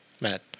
Matt